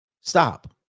stop